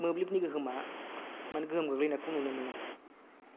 मोब्लिबनि गोहोमा माने गोहोम गोग्लैनायखौ नुनो मोनो